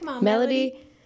Melody